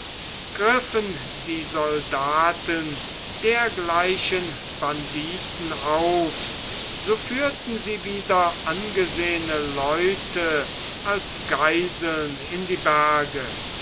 griffen die soldaten dergleichen banditen auf so führten sie wieder angesehene leute als geiseln in die berge